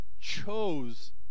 chose